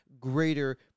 greater